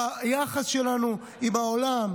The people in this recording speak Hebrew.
ביחס שלנו עם העולם,